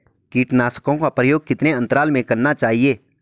कीटनाशकों का प्रयोग कितने अंतराल में करना चाहिए?